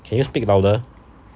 can you speak louder